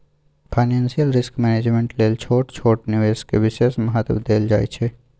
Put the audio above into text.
financial risk management लेल छोट छोट निवेश के विशेष महत्व देल जाइ छइ